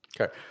Okay